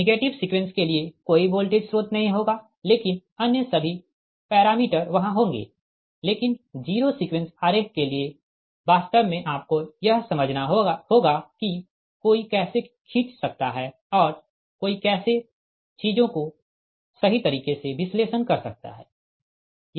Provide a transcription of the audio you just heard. negative sequence के लिए कोई वोल्टेज स्रोत नहीं होगा लेकिन अन्य सभी पैरामीटर वहाँ होंगे लेकिन जीरो सीक्वेंस आरेख के लिए वास्तव में आपको यह समझना होगा कि कोई कैसे खींच सकता है और कोई कैसे चीजों का सही तरीके से विश्लेषण कर सकता है